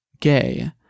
gay